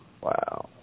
Wow